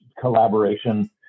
collaboration